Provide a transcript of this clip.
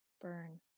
Burn